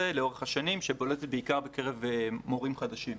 לאורך השנים שבולטת בעיקר אצל מורים חדשים.